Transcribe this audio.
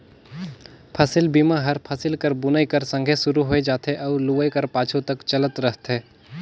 फसिल बीमा हर फसिल कर बुनई कर संघे सुरू होए जाथे अउ लुवई कर पाछू तक चलत रहथे